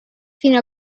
fino